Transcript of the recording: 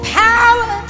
power